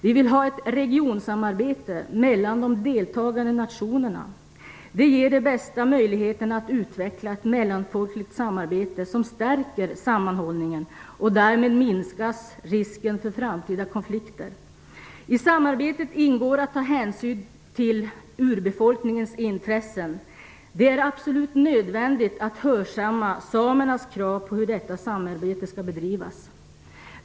Vi vill ha ett regionsamarbete mellan de deltagande nationerna. Det ger de bästa möjligheterna att utveckla ett mellanfolkligt samarbete som stärker sammanhållningen. Därmed minskas risken för framtida konflikter. I samarbetet ingår att ta hänsyn till urbefolkningens intressen. Det är absolut nödvändigt att hörsamma samernas krav på hur detta samarbete skall bedrivas.